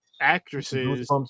actresses